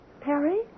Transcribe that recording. Perry